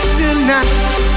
tonight